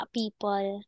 people